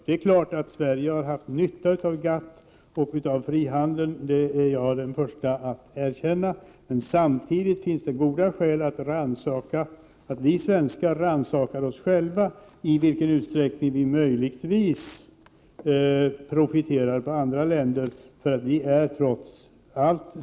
Det är klart att Sverige har haft nytta av GATT och av frihandeln — det är jag den förste att erkänna — men samtidigt finns det goda skäl för oss svenskar att rannsaka oss själva i vilken utsträckning vi möjligtvis profiterar på andra länder.